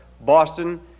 Boston